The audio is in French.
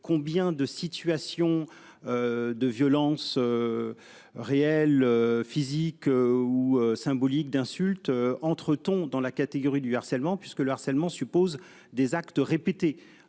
combien de situations. De violence. Réelle. Physique ou symbolique d'insultes entre ton dans la catégorie du harcèlement puisque le harcèlement suppose des actes répétés à